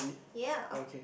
ya